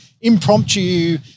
impromptu